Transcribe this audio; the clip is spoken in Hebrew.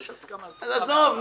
יש הסכמה --- אז עזוב,